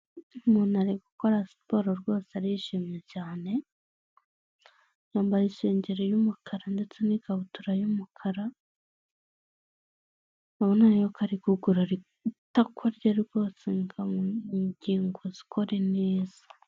Umuntu ari gukora siporo rwose arishimye cyane, yambaye isengeri y'umukara ndetse n'ikabutura y'umukara, urabona yuko ari kugorora itako rye rwose ngo ingingo zikore neza.